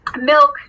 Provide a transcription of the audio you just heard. milk